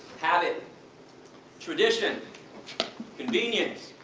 habit tradition convenience